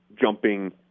jumping